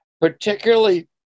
Particularly